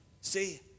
See